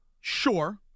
Sure